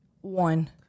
One